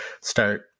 start